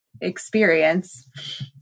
experience